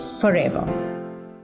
forever